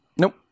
Nope